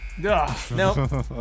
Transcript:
No